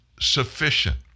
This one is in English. sufficient